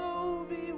movie